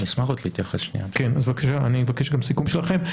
אני מבקש גם סיכום שלכם,